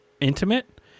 intimate